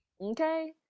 okay